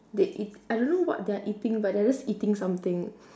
they eat I don't know what they are eating but they are just eating something